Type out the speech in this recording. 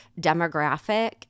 demographic